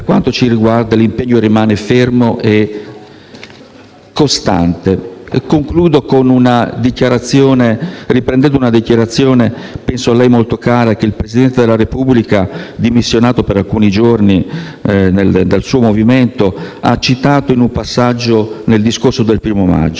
per quanto ci riguarda, l'impegno rimane fermo e costante. Concludo riprendendo una dichiarazione, penso a lei molto cara, del Presidente della Repubblica - "dimissionato" per alcuni giorni dal suo Movimento - contenuta in un passaggio del discorso del 1° maggio.